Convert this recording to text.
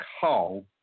hole